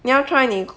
你要 try 你